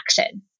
action